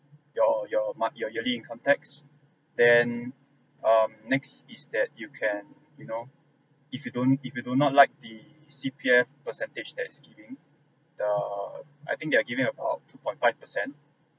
your your mo~ your yearly income tax then um next is that you can you know if you don't if you do not like the C_P_F percentage that is giving the I think they are giving about two point five percent